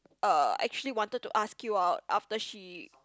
uh actually wanted to ask you out after she